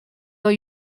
are